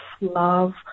love